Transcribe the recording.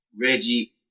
Reggie